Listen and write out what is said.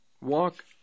walk